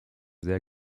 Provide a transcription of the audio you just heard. sehr